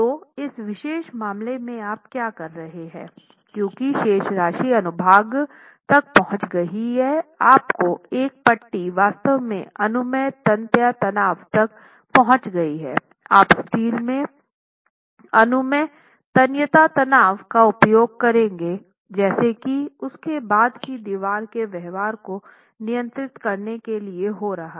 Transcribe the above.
तो इस विशेष मामले में आप क्या कर रहे हैं क्योंकि शेष राशि अनुभाग तक पहुंच गई हैं आपकी एक पट्टी वास्तव में अनुमेय तन्यता तनाव तक पहुँच गई है आप स्टील में अनुमेय तन्यता तनाव का उपयोग करेगा जैसा कि उसके बाद की दीवार के व्यवहार को नियंत्रित करने के लिए हो रहा है